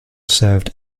served